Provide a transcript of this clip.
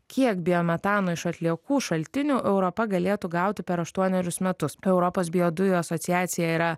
kiek biometano iš atliekų šaltinių europa galėtų gauti per aštuonerius metus europos biodujų asociacija yra